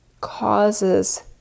causes